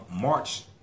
March